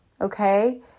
okay